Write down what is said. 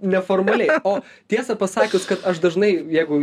ne formaliai o tiesą pasakius kad aš dažnai jeigu